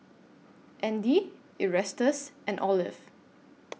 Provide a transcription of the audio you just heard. Andy Erastus and Olive